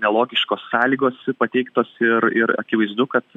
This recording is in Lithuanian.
nelogiškos sąlygos pateiktos ir ir akivaizdu kad